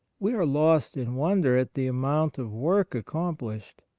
we are lost in wonder at the amount of work accom plished.